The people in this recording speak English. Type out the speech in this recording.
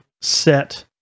set